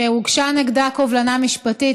שהוגשה נגדה קובלנה משפטית,